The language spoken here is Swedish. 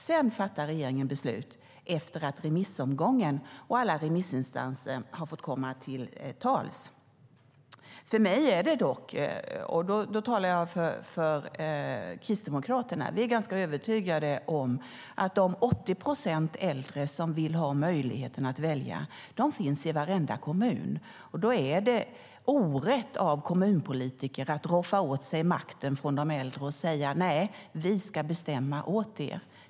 Sedan fattar regeringen beslut - efter remissomgången och efter att alla remissinstanser har fått komma till tals. Vi är ganska övertygade om - och då talar jag för Kristdemokraterna - att de 80 procent äldre som vill ha möjligheten att välja finns i varenda kommun. Då är det orätt av kommunpolitiker att roffa åt sig makten från de äldre och säga: Nej, vi ska bestämma åt er.